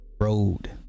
road